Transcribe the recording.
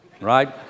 right